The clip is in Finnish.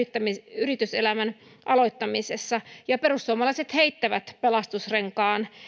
yrityselämän aloittamisessa perussuomalaiset heittävät pelastusrenkaan